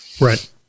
Right